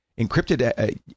encrypted